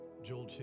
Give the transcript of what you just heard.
Joel